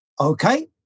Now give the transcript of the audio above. okay